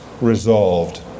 resolved